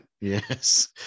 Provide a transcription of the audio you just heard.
Yes